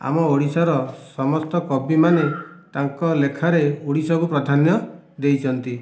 ଆମ ଓଡ଼ିଶାର ସମସ୍ତ କବିମାନେ ତାଙ୍କ ଲେଖାରେ ଓଡ଼ିଶାକୁ ପ୍ରଧାନ୍ୟ ଦେଇଛନ୍ତି